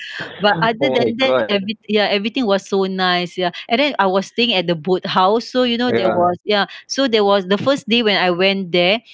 but other than that eve~ ya everything was so nice ya and then I was staying at the boat house so you know there was ya so there was the first day when I went there